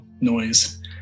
noise